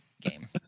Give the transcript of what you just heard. game